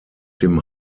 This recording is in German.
dem